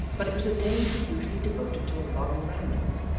but it was a day he usually devoted to a long ramble,